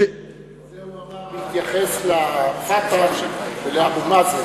את זה הוא אמר בהתייחס ל"פתח" ולאבו מאזן.